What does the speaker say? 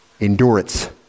endurance